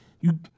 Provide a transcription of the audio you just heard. You-